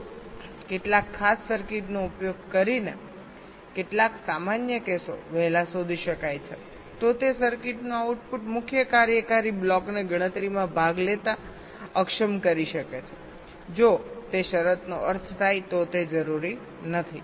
જો કેટલાક ખાસ સર્કિટનો ઉપયોગ કરીને કેટલાક સામાન્ય કેસો વહેલા શોધી શકાય છે તો તે સર્કિટનું આઉટપુટ મુખ્ય કાર્યકારી બ્લોકને ગણતરીમાં ભાગ લેતા અક્ષમ કરી શકે છે જો તે શરતનો અર્થ થાય તો તે જરૂરી નથી